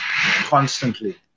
constantly